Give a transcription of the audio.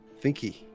Thinky